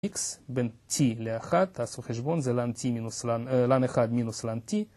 x בין t ל-1, אז החשבון זה lan1 מינוס lan2.